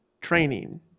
training